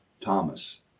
Thomas